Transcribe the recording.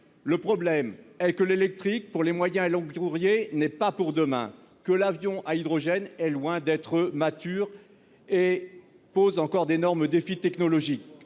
Le problème est que l'électrique pour les moyens et longs courriers n'est pas pour demain, que l'avion à hydrogène est très loin d'être mature et pose encore d'énormes défis technologiques